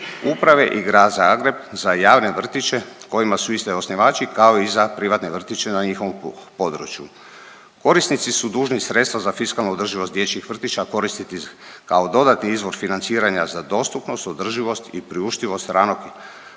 uprave i grad Zagreb za javne vrtiće kojima su iste osnivači kao i za privatne vrtiće na njihovom području. Korisnici su dužni sredstava za fiskalnu održivost dječjih vrtića koristiti kao dodatni izvor financiranja za dostupnost, održivost i priuštivost ranog